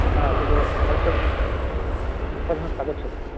हा तद् साक्षात् आगच्छतु